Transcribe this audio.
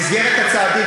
במסגרת הצעתי,